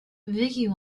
vicky